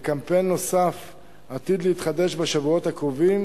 וקמפיין נוסף עתיד להתחדש בשבועות הקרובים,